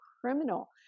criminal